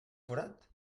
forat